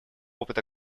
опыта